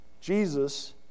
Jesus